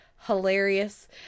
hilarious